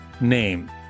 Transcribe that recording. name